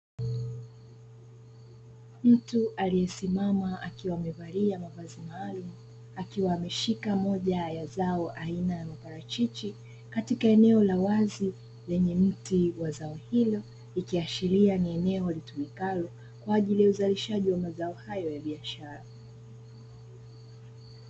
Mtu aliyesimama akiwa amevalia mavazi meusi, akiwa ameshika moja ya zao aina ya marachichi katika eneo la wazi wenye mti wa zao hilo, ikiashiria ni eneo litumie kwa ajili ya uzalishaji wa mazao hayo ya biashara.